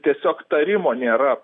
tiesiog tarimo nėra